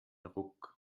ruck